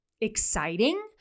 exciting